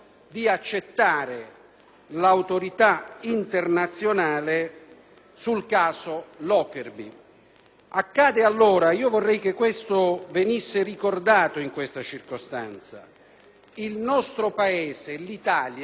Accadde allora, e vorrei che venisse ricordato in questa circostanza, che l'Italia fu il primo Paese occidentale ad interrompere l'embargo